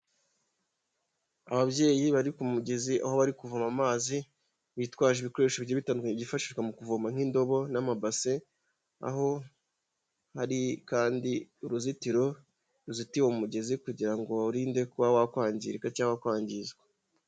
Ababyeyi bari ku mugezi aho bari kuvoma amazi bitwaje ibikoresho bigiye bitandukanye byifashishwa mu kuvoma nk'indobo n'amabase, aho hari kandi uruzitiro ruzitiye uwo mugezi kugira ngo bawurinde kuba wakwangirika cyangwa wakwangizwa.